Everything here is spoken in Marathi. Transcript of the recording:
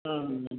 हां ह